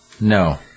No